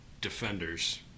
Defenders